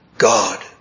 God